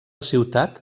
ciutat